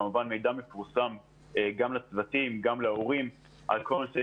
כולל מידע שיפורסם לצוותים ולהורים בכל הנושא